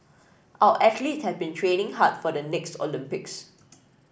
our athletes have been training hard for the next Olympics